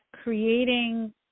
creating